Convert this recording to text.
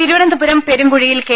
തിരുവനന്തപുരം പെരുങ്കുഴിയിൽ കെ